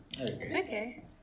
Okay